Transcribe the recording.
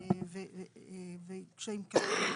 וקשיים כאלה.